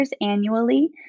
annually